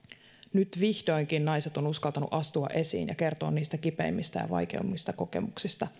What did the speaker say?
nyt vihdoinkin naiset ovat uskaltaneet astua esiin ja kertoa niistä kipeimmistä ja vaikeimmista kokemuksista